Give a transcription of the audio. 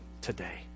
today